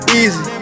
easy